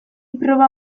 proba